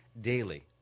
daily